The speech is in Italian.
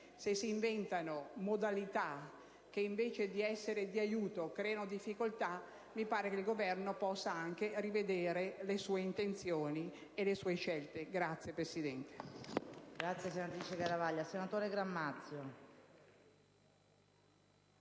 Se si inventano modalità che invece di essere di aiuto creano difficoltà, mi pare che il Governo possa anche rivedere le sue intenzioni e le sue scelte. *(Applausi